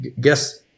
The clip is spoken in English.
guess